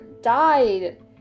died